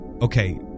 okay